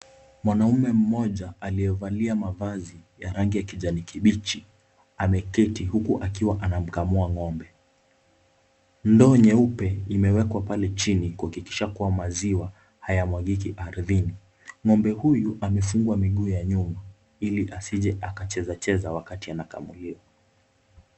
Mwanaume mmoja aliyevalia mavazi ya rangi ya kijani kibichi ameketi huku akiwa anamkamua ng'ombe. Ndoo nyeupe imewekwa pale chini kuhakikisha kuwa maziwa hayamwagiki ardhini. Ng'ombe huyu amefungwa miguu ya nyuma ili asije akachezacheza wakati anakamuliwa.